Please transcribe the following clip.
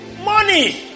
Money